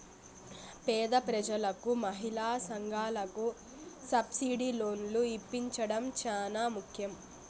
పేద ప్రజలకు మహిళా సంఘాలకు సబ్సిడీ లోన్లు ఇప్పించడం చానా ముఖ్యం